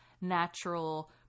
natural